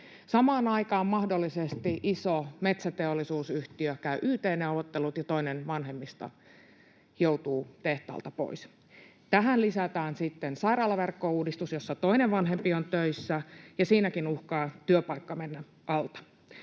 Samaan aikaan mahdollisesti iso metsäteollisuusyhtiö käy yt-neuvottelut ja toinen vanhemmista joutuu tehtaalta pois. Tähän lisätään sitten sairaalaverkkouudistus, jossa toinen vanhempi on töissä, ja siinäkin uhkaa työpaikka mennä alta.